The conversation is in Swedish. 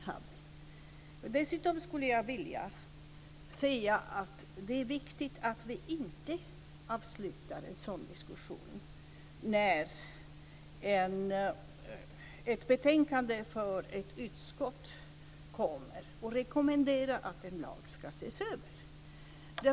Vidare skulle jag vilja säga att det är viktigt att vi inte avslutar den diskussionen i och med att ett utskottsbetänkande kommer med en rekommendation om en lagöversyn.